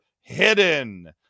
Hidden